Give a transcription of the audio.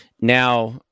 Now